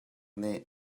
nih